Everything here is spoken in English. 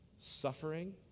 suffering